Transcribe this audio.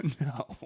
No